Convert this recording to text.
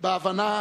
בהבנה